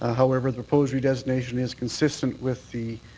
ah however, the proposed redesignation is consistent with the